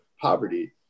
poverty